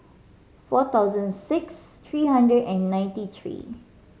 forty thousand six three hundred and ninety three